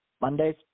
Mondays